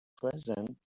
present